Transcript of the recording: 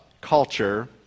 culture